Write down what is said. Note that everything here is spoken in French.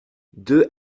deux